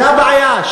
זו הבעיה,